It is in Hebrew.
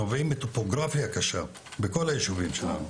הנובעים מטופוגרפיה קשה בכל היישובים שלנו,